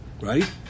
Right